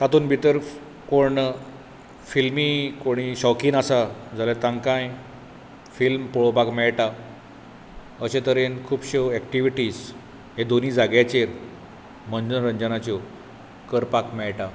तातूंत भितर कोण फिल्मी कोणी शौकीन आसा जाल्यार तांकांय फिल्म पळोवपाक मेळटा अशें तरेन खुबश्यो एकटीविटीज हे दोनी जाग्यांचेर मनोरंजानाच्यो करपाक मेळटात